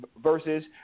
versus